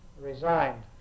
resigned